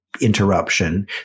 Interruption